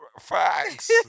facts